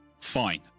fine